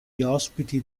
ospiti